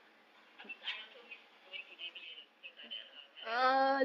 I mean I also miss going to J_B and things like that lah but then